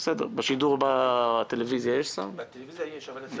זה סיפור אחר להתניע עסק שירד ל-20% תפוקה אבל הוא